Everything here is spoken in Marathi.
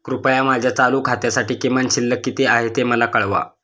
कृपया माझ्या चालू खात्यासाठी किमान शिल्लक किती आहे ते मला कळवा